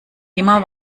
immer